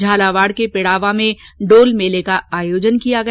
झालावाड़ के पिड़ावा में डोल मेले का आयोजन किया गया